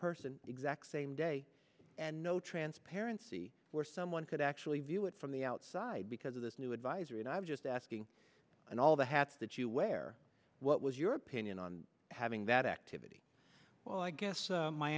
person exact same day and no transparency where someone could actually view it from the outside because of this new advisory and i'm just asking and all the hats that you wear what was your opinion on having that activity well i guess